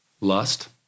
lust